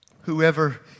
Whoever